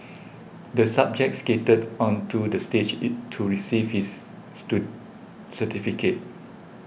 the subject skated onto the stage it to receive his certificate